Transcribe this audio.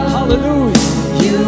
Hallelujah